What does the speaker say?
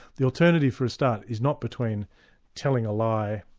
the alternative for a start, is not between telling a lie,